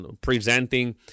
presenting